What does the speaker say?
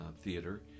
Theater